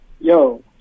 yo